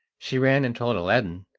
she ran and told aladdin,